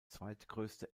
zweitgrößte